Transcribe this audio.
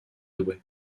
douai